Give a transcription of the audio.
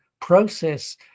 process